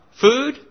food